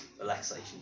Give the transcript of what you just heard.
Relaxation